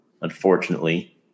unfortunately